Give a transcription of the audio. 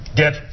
get